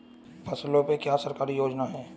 फसलों पे क्या सरकारी योजना है?